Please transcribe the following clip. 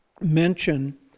mention